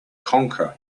conquer